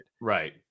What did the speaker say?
Right